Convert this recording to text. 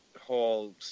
whole